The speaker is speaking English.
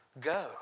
Go